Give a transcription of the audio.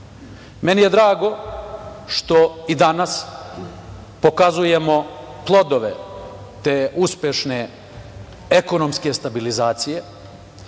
je drago što i danas pokazujemo plodove te uspešne ekonomske stabilizacije